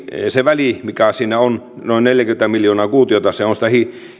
se väli mikä siinä on noin neljäkymmentä miljoonaa kuutiota on sitä